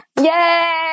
Yay